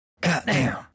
Goddamn